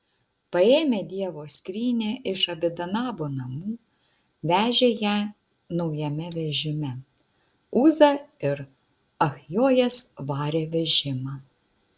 paėmę dievo skrynią iš abinadabo namų vežė ją naujame vežime uza ir achjojas varė vežimą